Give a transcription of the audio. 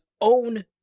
own